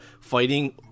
fighting